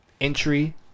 Entry